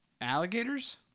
Alligators